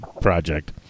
project